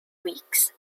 weeks